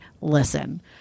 listen